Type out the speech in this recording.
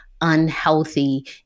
unhealthy